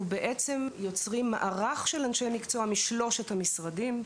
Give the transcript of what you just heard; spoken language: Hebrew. בעצם יוצרים מערך של אנשי מקצוע משלושת המשרדים,